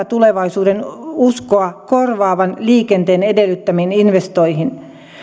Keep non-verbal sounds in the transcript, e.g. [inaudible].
[unintelligible] tulevaisuudenuskoa korvaavan liikenteen edellyttämiin investointeihin